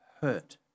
hurt